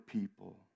people